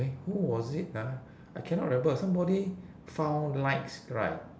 eh who was it ah I cannot remember somebody found lights right